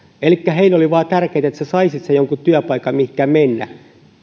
elikkä heille oli vain tärkeää että saisit sen jonkun työpaikan mihinkä mennä